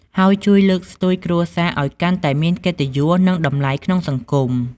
ហើយជួយលើកស្ទួយគ្រួសារឲ្យកាន់តែមានកិត្តិយស និងតម្លៃក្នុងសង្គម។